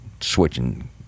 switching